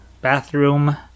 bathroom